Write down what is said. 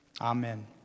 Amen